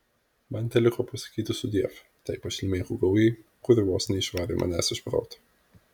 man teliko pasakyti sudiev tai pašlemėkų gaujai kuri vos neišvarė manęs iš proto